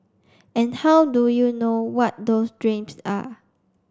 and how do you know what those dreams are